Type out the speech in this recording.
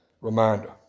reminder